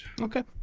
Okay